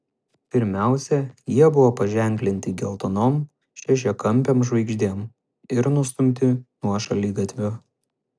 pirmiausia jie buvo paženklinti geltonom šešiakampėm žvaigždėm ir nustumti nuo šaligatvių